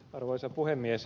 arvoisa puhemies